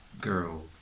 girl